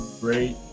great